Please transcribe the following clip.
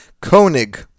Koenig